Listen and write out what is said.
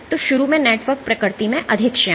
तो शुरू में नेटवर्क प्रकृति में अधिक श्यान है